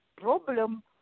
problem